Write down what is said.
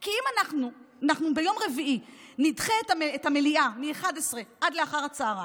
כי אם אנחנו ביום רביעי נדחה את המליאה מ-11:00 עד לאחר הצוהריים,